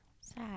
Sad